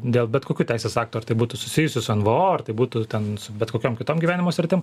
dėl bet kokių teisės aktų ar tai būtų susijusių su nvo ar tai būtų ten bet kokiom kitom gyvenimo sritim